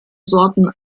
sorten